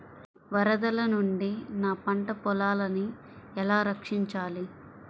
వరదల నుండి నా పంట పొలాలని ఎలా రక్షించాలి?